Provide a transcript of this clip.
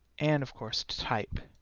and of course type.